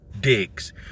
digs